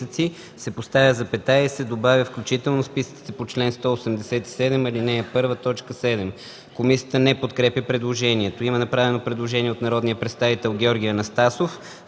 се поставя запетая и се добавя „включително списъците по чл. 187, ал. 1, т. 7”. Комисията не подкрепя предложението. Има направено предложение от народния представител Георги Анастасов